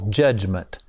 judgment